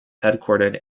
headquartered